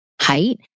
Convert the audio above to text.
height